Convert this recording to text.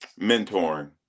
Mentoring